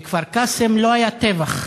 בכפר-קאסם לא היה טבח.